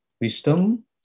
wisdom